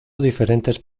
diferentes